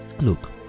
look